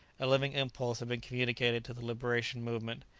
a living impulse had been communicated to the liberation-movement.